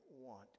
want